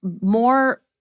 more